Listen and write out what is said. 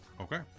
Okay